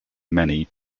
many